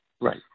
Right